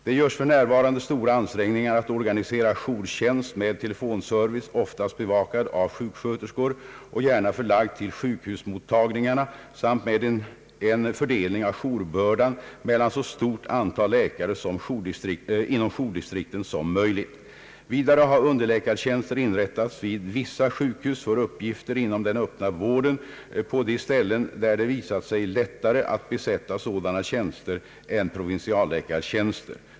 Det görs f. n. stora ansträngningar att organisera jourdistrikt med telefonservice oftast bevakad av sjuksköterskor och gärna förlagd till sjukhusmottagningarna samt med en fördelning av jourbördan mellan så stort antal läkare inom jourdistrikten som möjligt. Vidare har underläkartjänster inrättats vid vissa sjukhus för uppgifter inom den öppna vården på de ställen där det visat sig lättare att besätta sådana tjänster än provinsialläkartjänster.